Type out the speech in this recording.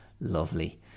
lovely